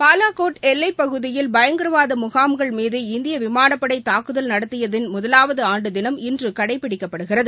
பாலாக்கோட் எல்லைப் பகுதியில் பயங்கரவாத முகாம்கள் மீது இந்திய விமானப்படை தாக்குதல் நடத்தியதன் முதலாவது ஆண்டு தினம் இன்று கடைபிடிக்கப்படுகிறது